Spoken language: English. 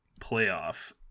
playoff